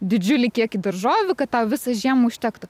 didžiulį kiekį daržovių kad tau visą žiemą užtektų